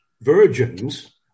virgins